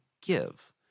give